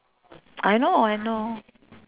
I know I know